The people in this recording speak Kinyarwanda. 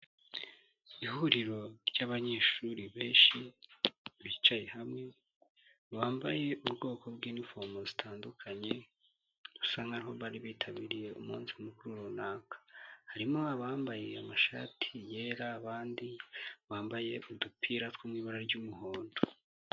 Ihuriro ry'abanyeshuri benshi bicaye hamwe bambaye ubwoko bw'inifomo zitandukanye bisa nk'aho bari bitabiriye umunsi mukuru runaka, harimo abambaye amashati yera, abandi bambaye udupira tw'ibara ry'umuhondo.